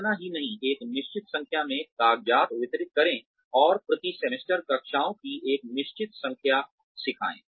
इतना ही नहीं एक निश्चित संख्या में कागज़ात वितरित करें और प्रति सेमेस्टर कक्षाओं की एक निश्चित संख्या सिखाए